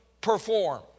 perform